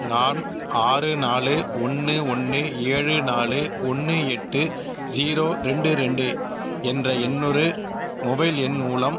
நான் ஆறு நாலு ஒன்று ஒன்று ஏழு நாலு ஒன்று எட்டு ஜீரோ ரெண்டு ரெண்டு என்ற இன்னொரு மொபைல் எண் மூலம்